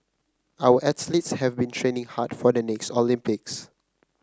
our athletes have been training hard for the next Olympics